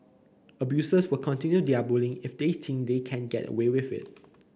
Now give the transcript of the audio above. abusers will continue their bullying if they think they can get away with it